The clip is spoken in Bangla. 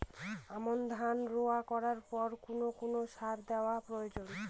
আমন ধান রোয়া করার পর কোন কোন সার দেওয়া প্রয়োজন?